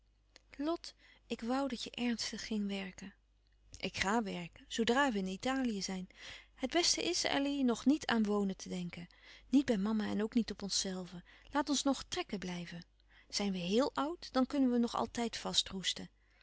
lot ik woû dat je ernstig ging werken ik ga werken zoodra we in italië zijn het beste is elly nog niet aan wonen te denken niet bij mama en ook niet op onszelve laat ons nog trekken blijven zijn we héel oud dan kunnen we nog altijd